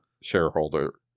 shareholder